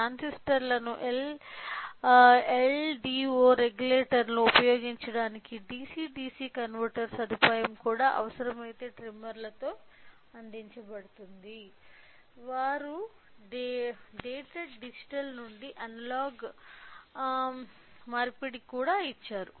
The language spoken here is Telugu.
ట్రాన్సిస్టర్లను ఎల్డిఓ రెగ్యులేటర్లను ఉంచడానికి డిసి డిసి కన్వర్టర్ సదుపాయం కూడా అవసరమైతే ట్రిమ్మర్లతో అందించబడుతుంది వారు డేటెడ్ డిజిటల్ నుండి అనలాగ్ మార్పిడికి కూడా ఇచ్చారు